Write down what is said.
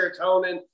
serotonin